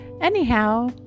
Anyhow